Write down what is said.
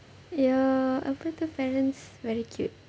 your apa tu parents very cute